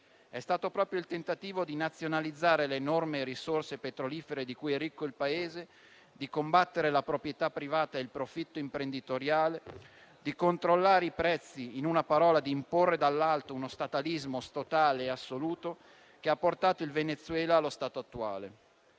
È stato proprio il tentativo di nazionalizzare le enormi risorse petrolifere di cui è ricco il Paese, di combattere la proprietà privata ed il profitto imprenditoriale e di controllare i prezzi, in una parola di imporre dall'alto uno statalismo statale assoluto, che ha portato il Venezuela allo stato attuale,